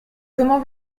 comment